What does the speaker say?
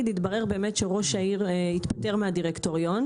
התברר באמת שראש העיר התפטר מהדירקטוריון,